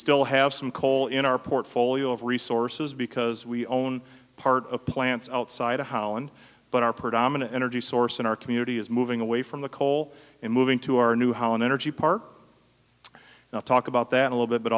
still have some coal in our portfolio of resources because we own part of plants outside of how and but our predominant energy source in our community is moving away from the coal and moving to our new hauen energy part now talk about that a little bit but